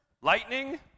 lightning